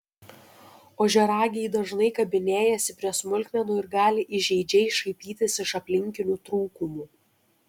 ožiaragiai dažnai kabinėjasi prie smulkmenų ir gali įžeidžiai šaipytis iš aplinkinių trūkumų